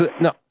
No